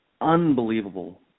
unbelievable